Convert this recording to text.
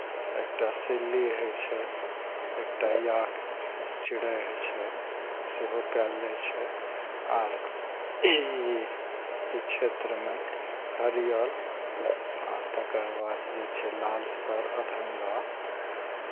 एकटा सिल्ली होइ छै एकटा याक चिड़ै होइ छै सेहो पाएल जाइ छै आर ई ई क्षेत्रमे हरियल आ तकर बाद जे छै लालसर अधङ्गा